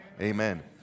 Amen